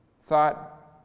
thought